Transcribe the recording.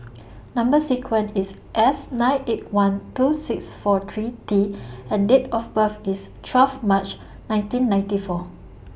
Number sequence IS S nine eight one two six four three T and Date of birth IS twelve March nineteen ninety four